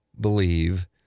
believe